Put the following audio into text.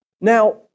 Now